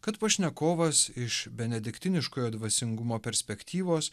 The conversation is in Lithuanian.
kad pašnekovas iš benediktiniškojo dvasingumo perspektyvos